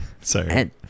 Sorry